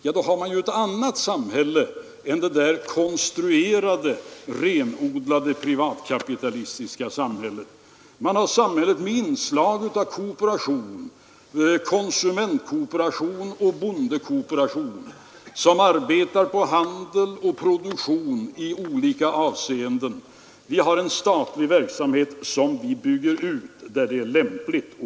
Torsdagen den Under sådana förhållanden har vi ju ett annat samhälle än det där 24 maj 1973 konstruerade, renodlade privatkapitalistiska samhället. Man har ett TINA peRHon Vi har en statlig och kommunal verksamhet som vi bygger ut där det är lämpligt.